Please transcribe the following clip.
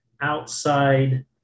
outside